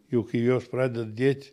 jau kai jos praded dėt